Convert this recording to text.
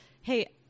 Hey